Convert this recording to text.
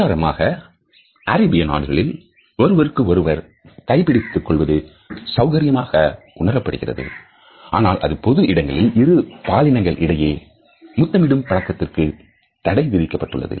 உதாரணமாக அரேபிய நாடுகளில் ஒருவருக்கு ஒருவர் கை பிடித்துக் கொள்வது சௌகரியமாக உணரப்படுகிறது ஆனால் பொது இடங்களில் இரு பாலினங்கள் இடையில் முத்தமிடும் பழக்கத்திற்கு தடைவிதிக்கப்பட்டுள்ளது